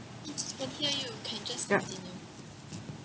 yup